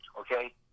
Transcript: okay